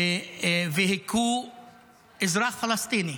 והכו אזרח פלסטיני